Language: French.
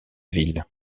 ville